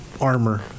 armor